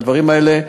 הדברים האלה,